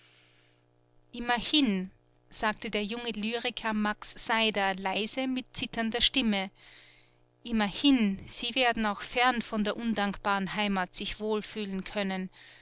immerhin sagte der junge lyriker max seider leise mit zitternder stimme immerhin sie werden auch fern von der undankbaren heimat sich wohl fühlen können